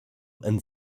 and